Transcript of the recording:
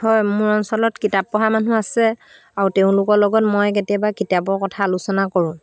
হয় মোৰ অঞ্চলত কিতাপ পঢ়া মানুহ আছে আৰু তেওঁলোকৰ লগত মই কেতিয়াবা কিতাপৰ কথা আলোচনা কৰোঁ